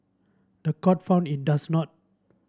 the court found in does not